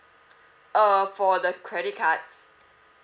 uh for the credit cards